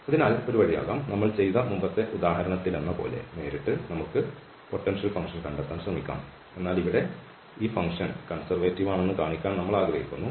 അതിനാൽ ഒരു വഴിയാകാം നമ്മൾ ചെയ്ത മുമ്പത്തെ ഉദാഹരണത്തിലെന്നപോലെ നേരിട്ട് നമുക്ക് പൊട്ടൻഷ്യൽ ഫങ്ക്ഷൻ കണ്ടെത്താൻ ശ്രമിക്കാം എന്നാൽ ഇവിടെ ഈ ഫങ്ക്ഷൻ കൺസെർവേറ്റീവ് ആണെന്ന് കാണിക്കാൻ നമ്മൾ ആഗ്രഹിക്കുന്നു